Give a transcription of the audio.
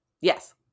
Yes